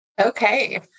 Okay